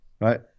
right